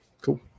Cool